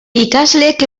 ikasleek